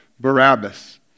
Barabbas